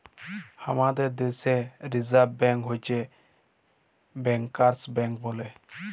হামাদের দ্যাশে reserve bank হচ্ছ ব্যাংকার্স ব্যাঙ্ক বলে